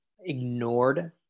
ignored